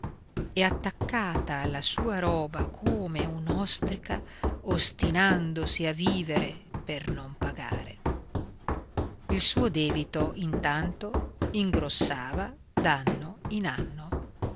e attaccata alla sua roba come un'ostrica ostinandosi a vivere per non pagare il debito intanto ingrossava d'anno in anno